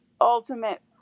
ultimate